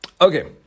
Okay